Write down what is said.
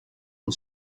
and